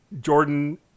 Jordan